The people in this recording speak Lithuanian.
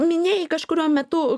minėjai kažkuriuo metu